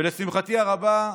ולשמחתי הרבה,